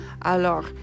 Alors